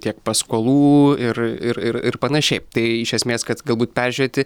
tiek paskolų ir ir ir ir panašiai tai iš esmės kad galbūt peržiūrėti